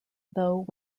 though